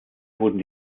wurden